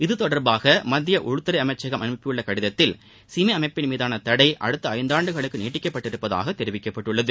இத்தொடர்பாக மத்திய உள்துறை அமைச்சகம் அனுப்பியுள்ள கடிதத்தில் சிமி அமைப்பிள் மீதான தடை அடுத்த ஐந்தாண்டுகளுக்கு நீட்டிக்கப்பட்டுள்ளதாக தெரிவிக்கப்பட்டுள்ளது